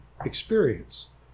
experience